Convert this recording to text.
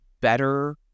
better